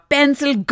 Pencil